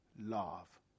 love